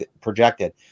projected